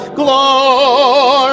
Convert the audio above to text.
glory